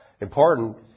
important